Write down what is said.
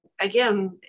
again